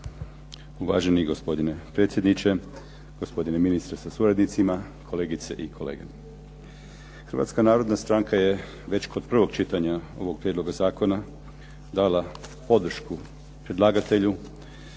Uvaženi gospodine predsjedniče, gospodine ministre sa suradnicima, kolegice i kolege. Hrvatska narodna stranka je već kod prvog čitanja ovog prijedloga zakona dala podršku predlagatelju.